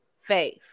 faith